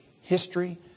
history